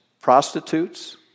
prostitutes